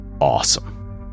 awesome